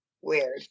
weird